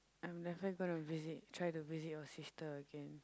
I'm definitely gonna visit try to visit your sister again